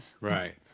right